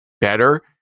better